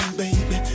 baby